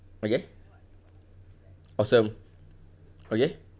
okay awesome okay